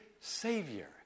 Savior